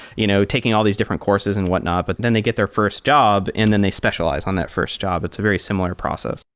you know taking all these different courses and whatnot. but then they get their first job and then they specialize on that first job. it's a very similar process.